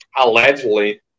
allegedly